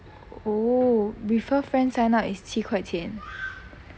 oh refer friends now is 七块钱